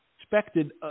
expected